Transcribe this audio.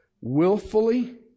willfully